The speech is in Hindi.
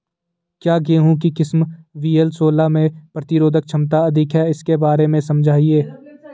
क्या गेहूँ की किस्म वी.एल सोलह में प्रतिरोधक क्षमता अधिक है इसके बारे में समझाइये?